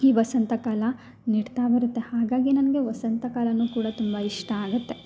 ಈ ವಸಂತಕಾಲ ನೀಡ್ತಾ ಬರುತ್ತೆ ಹಾಗಾಗಿ ನನಗೆ ವಸಂತಕಾಲವೂ ಕೂಡ ತುಂಬ ಇಷ್ಟ ಆಗುತ್ತೆ